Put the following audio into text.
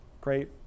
Great